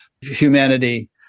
humanity